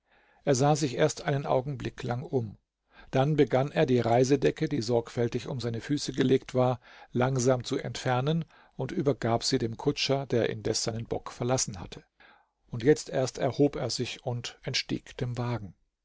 er sah sich erst einen augenblick lang um dann begann er die reisedecke die sorgfältig um seine füße gelegt war langsam zu entfernen und übergab sie dem kutscher der indes seinen bock verlassen hatte und jetzt erst erhob er sich und entstieg dem wagen